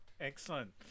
Excellent